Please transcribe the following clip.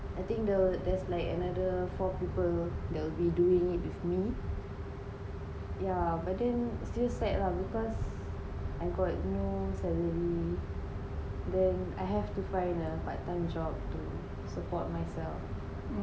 I think there will there's like another four people they'll be doing it with me yeah but then still sad lah because I got no salary then I have to find a the part time job to support myself